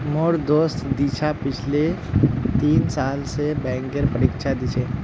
मोर दोस्त दीक्षा पिछले तीन साल स बैंकेर परीक्षा दी छ